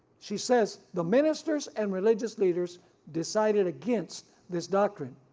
she says, the ministers and religious leaders decided against this doctrine.